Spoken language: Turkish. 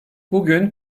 bugün